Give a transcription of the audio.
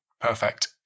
Perfect